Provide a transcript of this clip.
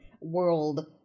world